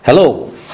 hello